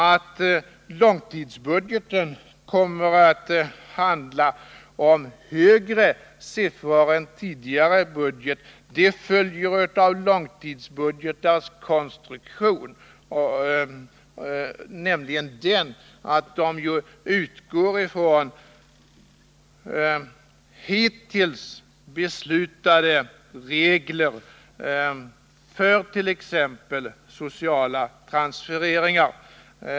Att långtidsbudgeten kommer att handla om högre siffror än tidigare budget följer av långtidsbudgetars konstruktion. Vi utgår nämligen från hittills beslutade regler för t.ex. sociala transfereringar.